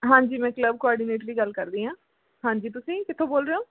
ਹਾਂਜੀ ਮੈਂ club coordinator ਹੀ ਗੱਲ ਕਰਦੀ ਹਾਂ ਹਾਂਜੀ ਤੁਸੀਂ ਕਿੱਥੋਂ ਬੋਲ ਰਹੇ ਹੋ